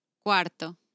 Cuarto